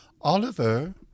Oliver